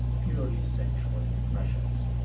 purely sensual impressions.